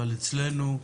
אבל אצלנו,